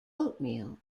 oatmeal